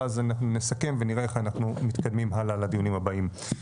ואז אנחנו נסכם ונראה איך אנחנו מתקדמים הלאה לדיונים הבאים.